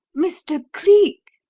mr. cleek,